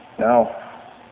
Now